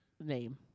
name